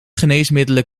geneesmiddelen